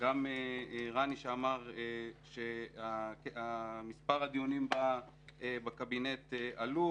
וגם רני שאמר שמספר הדיונים בקבינט עלה.